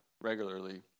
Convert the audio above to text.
regularly